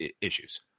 issues